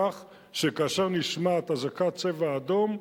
כך שכאשר נשמעת אזעקת "צבע אדום"